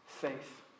faith